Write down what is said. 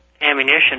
ammunition